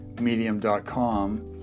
medium.com